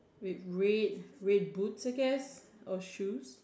with red red boots I guess or shoes